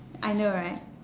I know right